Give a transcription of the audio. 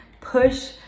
Push